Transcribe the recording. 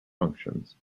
functions